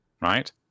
Right